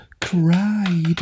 cried